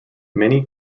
many